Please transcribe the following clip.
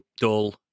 dull